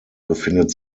befindet